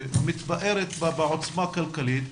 מדינה שמתפארת בעוצמה כלכלית,